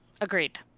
agreed